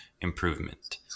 improvement